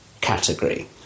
category